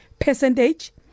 percentage